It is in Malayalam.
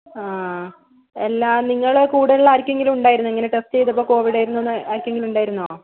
ആ അല്ല നിങ്ങളെ കൂടെ ഉള്ള ആർക്കെങ്കിലും ഉണ്ടായിരുന്നോ ഇങ്ങനെ ടെസ്റ്റ് ചെയ്തപ്പോൾ കോവിഡ് ആയിരുന്നു എന്ന് ആർക്കെങ്കിലും ഉണ്ടായിരുന്നോ